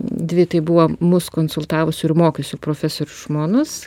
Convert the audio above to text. dvi tai buvo mus konsultavusių ir mokiusių profesorių žmonos